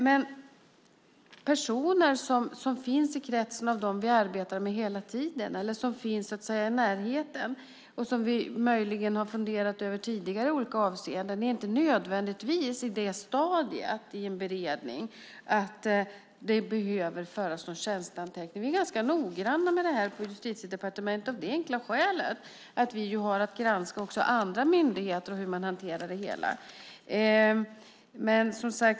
Men personer som finns i kretsen av dem som vi arbetar med hela tiden, eller som så att säga finns i närheten och som vi möjligen har funderat på tidigare i olika avseenden, är inte nödvändigtvis i det stadiet i en beredning att det behöver föras någon tjänsteanteckning. Vi är ganska noggranna med det här på Justitiedepartementet av det enkla skälet att vi ju har att granska också andra myndigheter och hur de hanterar det hela.